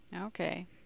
Okay